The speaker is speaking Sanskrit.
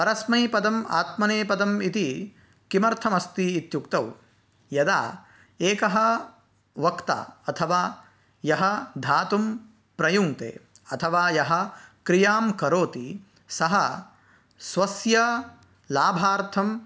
परस्मैपदम् आत्मनेपदम् इति किमर्थमस्ति इत्युक्तौ यदा एकः वक्ता अथवा यः धातुं प्रयुङ्क्ते अथवा यः क्रियां करोति सः स्वस्य लाभार्थं